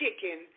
chicken